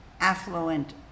affluent